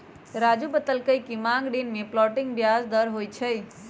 राज़ू बतलकई कि मांग ऋण में फ्लोटिंग ब्याज दर होई छई